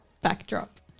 backdrop